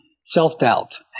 self-doubt